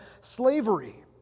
slavery